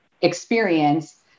experience